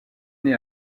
née